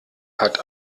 hat